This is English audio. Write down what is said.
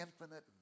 infinite